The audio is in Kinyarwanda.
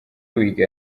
wiga